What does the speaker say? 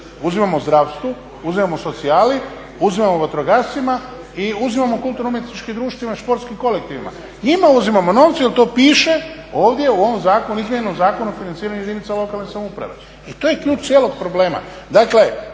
uzimamo zdravstvu, uzimamo socijali, uzimamo vatrogascima i uzimamo kulturno umjetničkim društvima i športskim kolektivima, njima uzimamo novce jel to piše ovdje u ovom zakonu, izmijenjenom Zakon o financiranju jedinica lokalne samouprave. I to je ključ cijelog problema.